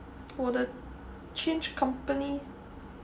我的 change company